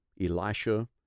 Elisha